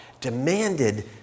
demanded